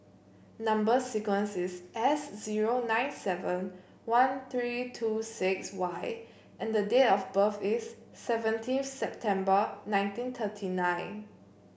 number sequence is S zero nine seven one three two six Y and date of birth is seventeen September nineteen thirty nine